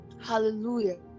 Hallelujah